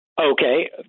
Okay